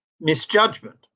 misjudgment